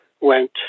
went